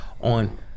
on